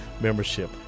membership